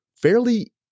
fairly